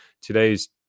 Today's